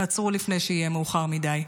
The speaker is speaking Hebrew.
תעצרו לפני שיהיה מאוחר מדי.